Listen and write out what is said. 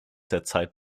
derzeit